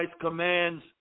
commands